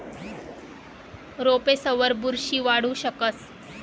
रोपेसवर बुरशी वाढू शकस